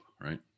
Right